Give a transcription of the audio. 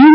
you